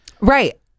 Right